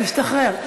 הוא השתחרר.